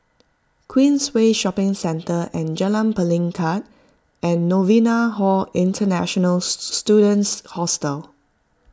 Queensway Shopping Centre and Jalan Pelikat and Novena Hall International Students Hostel